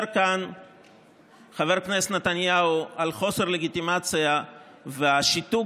חבר הכנסת אמסלם, קריאה שלישית, החוצה.